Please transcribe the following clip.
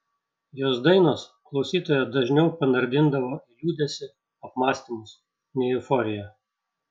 jos dainos klausytoją dažniau panardindavo į liūdesį apmąstymus nei euforiją